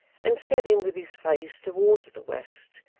and set him with his face towards the west,